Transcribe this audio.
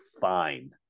fine